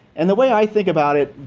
and the way i think about it,